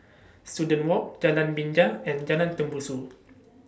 Student Walk Jalan Binja and Jalan Tembusu